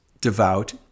devout